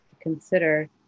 consider